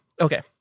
Okay